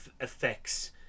effects